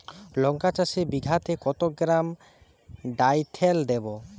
লঙ্কা চাষে বিঘাতে কত গ্রাম ডাইথেন দেবো?